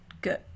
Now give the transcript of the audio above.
good